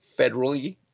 federally